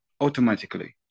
automatically